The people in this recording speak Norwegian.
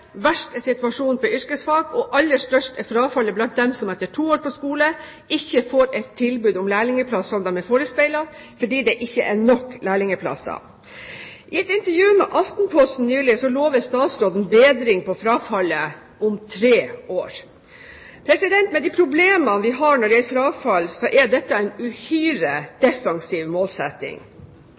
Verst er situasjonen på yrkesfag. Aller størst er frafallet blant dem som etter to år på skole ikke får et tilbud om lærlingplass, som de er forespeilet – fordi det ikke er nok lærlingplasser. I et intervju med Aftenposten nylig lover statsråden en bedring i frafallet om tre år. Med de problemene vi har når det gjelder frafall, er dette en uhyre defensiv målsetting.